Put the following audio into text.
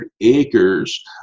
acres